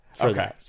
Okay